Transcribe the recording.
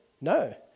No